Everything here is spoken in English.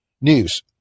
news